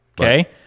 okay